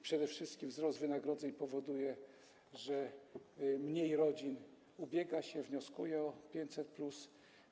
Przede wszystkim wzrost wynagrodzeń powoduje, że mniej rodzin ubiega się, wnioskuje o 500+.